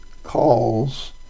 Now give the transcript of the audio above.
calls